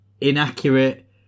inaccurate